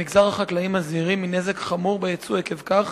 במגזר החקלאי מזהירים מנזק חמור ביצוא עקב כך.